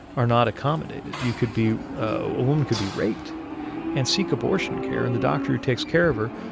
are not accommodated. you could be a woman could be raped and seek abortion care, and the doctor who takes care of her,